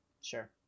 Sure